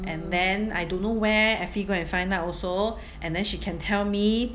and then I don't know where effie go and find out also and then she can tell me